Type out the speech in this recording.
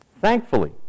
Thankfully